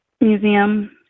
museum